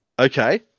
Okay